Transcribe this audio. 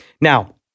Now